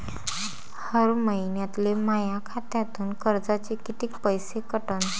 हर महिन्याले माह्या खात्यातून कर्जाचे कितीक पैसे कटन?